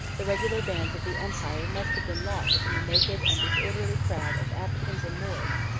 the regular bands of the empire must have been lost in the naked and disorderly crowd of africans and moors,